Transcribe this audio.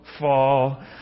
fall